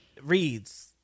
reads